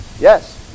Yes